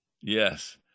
Yes